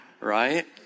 right